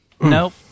Nope